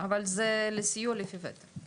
אבל זה לסיוע לפי וותק.